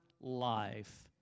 life